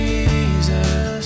Jesus